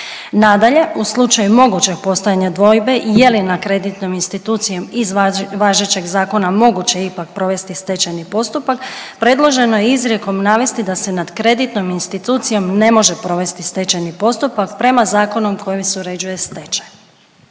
Nadalje u slučaju mogućeg postojanja dvojbe je li nad kreditnom institucijom iz važećeg zakona moguće ipak provesti stečajni postupak, predloženo je izrijekom navesti da se nad kreditnom institucijom ne može provesti stečajni postupak prema zakonu kojim se uređuje stečaj.